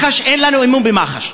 מח"ש, אין לנו אמון במח"ש.